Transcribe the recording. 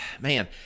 man